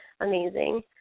amazing